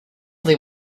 they